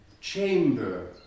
chamber